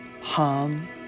hum